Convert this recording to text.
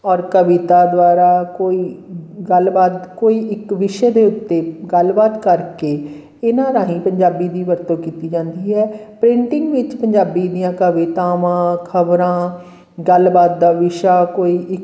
ਔਰ ਕਵਿਤਾ ਦੁਆਰਾ ਕੋਈ ਗੱਲਬਾਤ ਕੋਈ ਇੱਕ ਵਿਸ਼ੇ ਦੇ ਉੱਤੇ ਗੱਲਬਾਤ ਕਰਕੇ ਇਹਨਾਂ ਰਾਹੀਂ ਪੰਜਾਬੀ ਦੀ ਵਰਤੋਂ ਕੀਤੀ ਜਾਂਦੀ ਹੈ ਪ੍ਰਿੰਟਿੰਗ ਵਿੱਚ ਪੰਜਾਬੀ ਦੀਆਂ ਕਵਿਤਾਵਾਂ ਖਬਰਾਂ ਗੱਲਬਾਤ ਦਾ ਵਿਸ਼ਾ ਕੋਈ ਇੱਕ